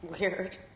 Weird